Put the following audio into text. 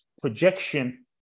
projection